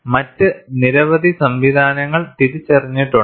മറ്റ് നിരവധി സംവിധാനങ്ങൾ തിരിച്ചറിഞ്ഞിട്ടുണ്ട്